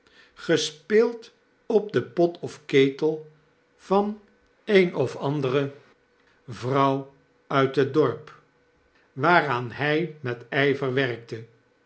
gespeeld op den pot of ketel van een of andere vrouw uit het dorp waaraan hy mety'ver werkte